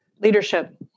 Leadership